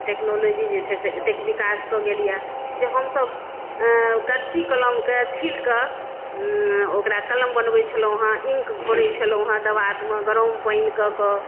technology छै से एतेक बिकास कऽ गेल यऽ जे हमसब करची कलम के छील कऽ ओकरा कलम बनबै छलहुॅं हँ इंक घोरय छलहुॅं हँ दवात मे गरम पानि कऽ कऽ